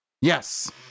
Yes